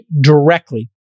directly